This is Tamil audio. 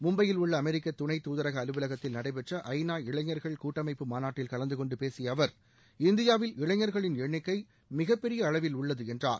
மும்பையில் உள்ள அமெரிக்க துணைத் தூதரக அலுவலகத்தில் நடைபெற்ற ஐநா இளைஞர்கள் கூட்டமைப்பு மாநாட்டில் கலந்து கொண்டு பேசிய அவர் இந்தியாவில் இளைஞர்களின் எண்ணிக்கை மிகப்பெரிய அளவில் உள்ளது என்றார்